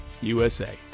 USA